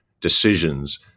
decisions